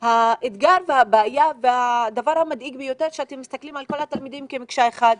האתגר והבעיה הוא שאתם מסתכלים על כל התלמידים כמקשה אחת,